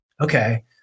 Okay